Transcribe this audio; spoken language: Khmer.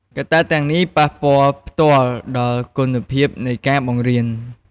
កត្តាទាំងនេះប៉ះពាល់ផ្ទាល់ដល់គុណភាពនៃការបង្រៀន។